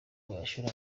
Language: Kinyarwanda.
mashuri